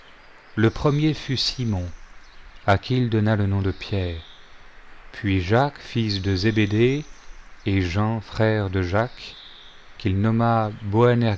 le premier fut simon à qui il donna le nom de pierre puis jacquesy j de zébédée et jean frère de jacques qu'il nomma